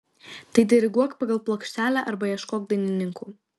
tai diriguok pagal plokštelę arba ieškok dainininkų